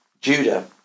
Judah